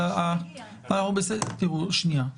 שנייה,